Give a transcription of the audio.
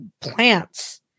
plants